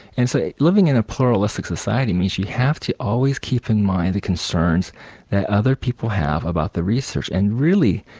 and so living in a pluralistic society means you have to always keep in mind the concerns that other people have about the research. and really,